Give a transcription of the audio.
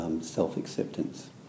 self-acceptance